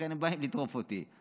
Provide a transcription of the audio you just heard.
לכן הם באים לטרוף אותי,